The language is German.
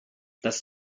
das